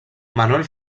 manuel